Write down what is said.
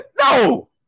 No